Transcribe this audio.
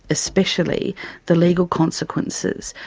especially the legal consequences,